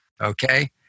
okay